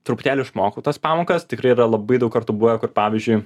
truputėlį išmokau tas pamokas tikrai yra labai daug kartų buvę kur pavyzdžiui